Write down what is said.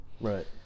Right